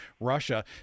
Russia